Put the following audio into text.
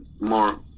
more